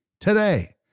today